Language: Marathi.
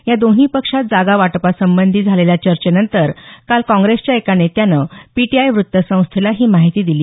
या दोन्ही पक्षांत जागावाटपासंबंधी झालेल्या चर्चेनंतर काल काँग्रेसच्या एका नेत्यानं पीटीआय व्त्तसंस्थेला ही माहिती दिली